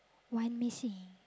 one missing